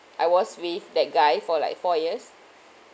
I was with that guy for like four years